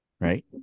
Right